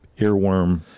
earworm